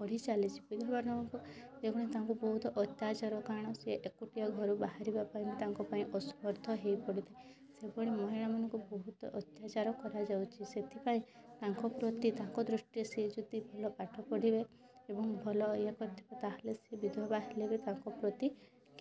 ବଢ଼ି ଚାଲିଛି ବିଧବାମାନଙ୍କ ଯେଉଁଭଳି ତାଙ୍କୁ ବହୁତ ଅତ୍ୟାଚାର କାରଣ ସେ ଏକୁଟିଆ ଘରୁ ବାହାରିବା ପାଇଁ ତାଙ୍କ ପାଇଁ ଅସମର୍ଥ ହୋଇ ପଡ଼ୁଛି ସେଭଳି ମହିଳାମାନଙ୍କୁ ବହୁତ ଅତ୍ୟାଚାର କରାଯାଉଛି ସେଥିପାଇଁ ତାଙ୍କ ପ୍ରତି ତାଙ୍କ ଦୃଷ୍ଟିରେ ସେ ଯଦି ଭଲ ପାଠ ପଢ଼ିବେ ଏବଂ ଭଲ ଇଏ କରିଥିବେ ତାହେଲେ ସେ ବିଧବା ହେଲେବି ତାଙ୍କ ପ୍ରତି